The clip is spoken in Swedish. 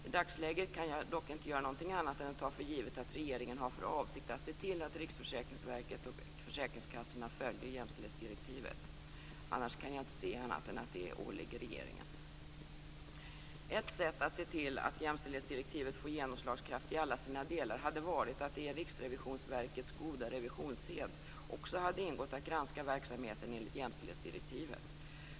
I dagsläget kan jag dock inte göra något annat än ta för givet att regeringen har för avsikt att se till att Riksförsäkringsverket och försäkringskassorna följer jämställdhetsdirektivet. Annars kan jag inte se annat än att det åligger regeringen. Ett sätt att se till att jämställdhetsdirektivet får genomslagskraft i alla sina delar hade varit att det i Riksrevisionsverkets goda revisionssed också hade ingått att granska verksamheten enligt jämställdhetsdirektivet.